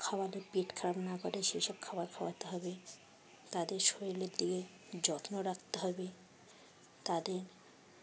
খাওয়ালে পেট খারাপ না করে সেই সব খাবার খাওয়াতে হবে তাদের শরীরের দিকে যত্ন রাখতে হবে তাদের